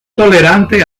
tolerante